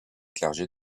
clergé